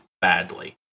badly